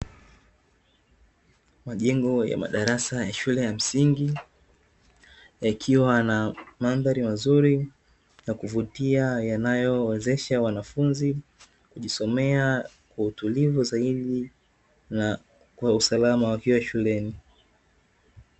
Majengo ya madarasa ya shule ya msingi, yakiwa na mandhari mazuri ya kuvutia yanayowezesha wanafunzi kujisomea kwa utulivu zaidi, na kwa usalama wakiwa shuleni.